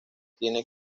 tiene